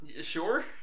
sure